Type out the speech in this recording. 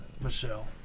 Michelle